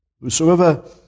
Whosoever